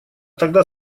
тогда